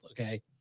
okay